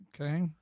Okay